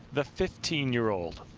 the fifteen year old.